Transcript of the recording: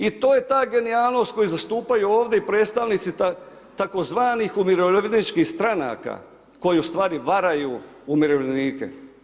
I to je ta genijalnost koju zastupaju ovdje i predstavnici tzv. umirovljeničkih stranaka koje ustvari varaju umirovljenike.